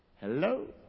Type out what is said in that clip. Hello